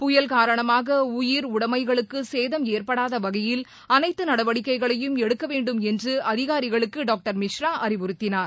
புயல் காரணமாக உயிர் உடனமகளுக்கு சேதம் ஏற்படாத வகையில் அனைத்து நடவடிக்கைகளையும் எடுக்கவேண்டும் என்று அதிகாரிகளுக்கு டாக்டர் மிஷ்ரா அறிவுறுத்தினார்